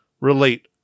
relate